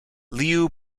liu